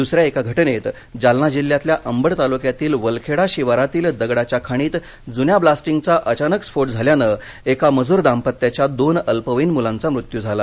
दुसऱ्या एका घटनेत जालना जिल्ह्यातल्या अंबड तालुक्यातील वलखेडा शिवारातील दगडाच्या खाणीत जुन्या ब्लास्टिंगचा अचानक स्फोट झाल्यानं एका मजूर दाम्पत्याच्या दोन अल्पवयीन मुलांचा मृत्यू झाला